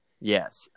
yes